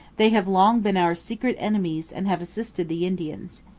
they have long been our secret enemies and have assisted the indians.